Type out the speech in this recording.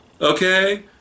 Okay